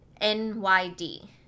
N-Y-D